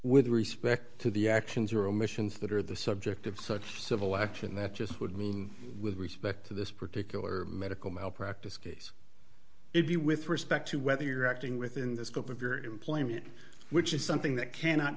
with respect to the actions or omissions that are the subject of such civil action that just would mean with respect to this particular medical malpractise case if you with respect to whether you're acting within the scope of your employment which is something that cannot